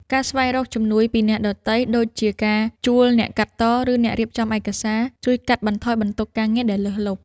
ការស្វែងរកជំនួយពីអ្នកដទៃ ដូចជាការជួលអ្នកកាត់ត ឬអ្នករៀបចំឯកសារ ជួយកាត់បន្ថយបន្ទុកការងារដែលលើសលប់។